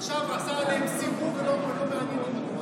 עכשיו הוא עשה עליהם סיבוב ולא מעניין אותו.